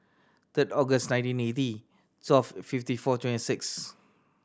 third August nineteen eighty twelve fifty four twenty six